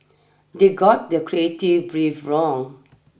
they got the creative brief wrong